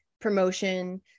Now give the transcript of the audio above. promotion